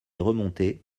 remontés